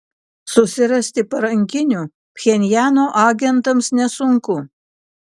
susirasti parankinių pchenjano agentams nesunku